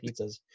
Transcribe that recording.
pizzas